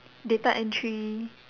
data entry